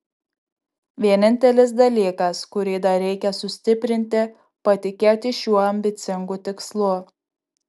vienintelis dalykas kurį dar reikia sustiprinti patikėti šiuo ambicingu tikslu